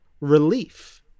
relief